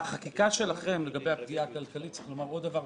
בחקיקה שלכם לגבי הפגיעה הכלכלית צריך לומר עוד דבר.